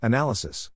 Analysis